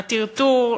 הטרטור,